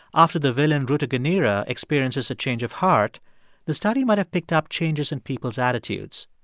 after the villain rutaganira experiences a change of heart the study might have picked up changes in people's attitudes,